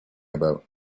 about